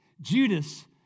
Judas